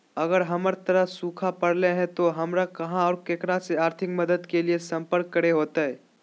अगर हमर तरफ सुखा परले है तो, हमरा कहा और ककरा से आर्थिक मदद के लिए सम्पर्क करे होतय?